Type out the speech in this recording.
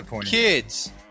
Kids